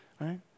right